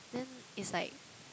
then it's like